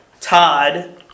Todd